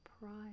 pride